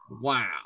wow